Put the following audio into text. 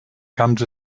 camps